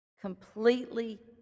completely